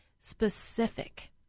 specific